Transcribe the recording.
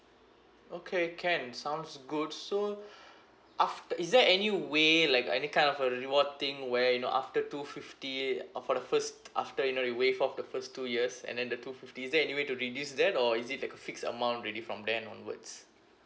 okay can sounds good so after is there any way like any kind of a reward thing where you know after two fifty or for the first after you know you waived off the first two years and then the two fifty is there any way to reduce that or is it like a fixed amount already from then onwards